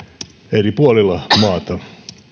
eri puolilla maata